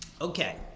Okay